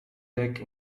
deck